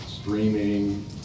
streaming